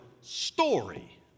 story